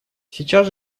сейчас